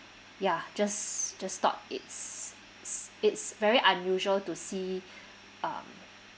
ya just just thought it's s~ it's very unusual to see um